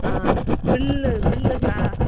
ஆ bill bill க